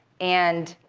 and